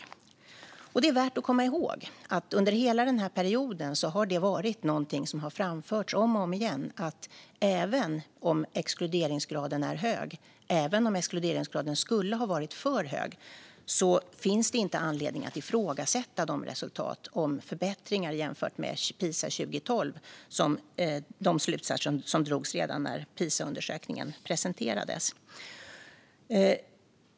Det är värt att komma ihåg att under hela den här perioden har det om och om igen framförts att även om exkluderingsgraden skulle ha varit för hög finns det inte anledning att ifrågasätta de förbättrade resultaten jämfört med Pisa 2012 i de slutsatser som drogs redan när Pisaundersökningen presenterades.